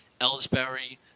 Ellsbury